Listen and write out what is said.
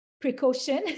precaution